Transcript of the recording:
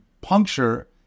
puncture